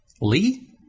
Lee